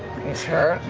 he's hurt?